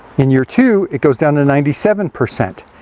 in year two it goes down to ninety seven percent.